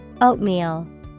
Oatmeal